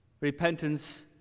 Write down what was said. Repentance